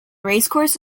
racecourse